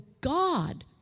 God